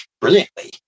brilliantly